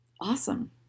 Awesome